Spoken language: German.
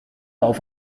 auf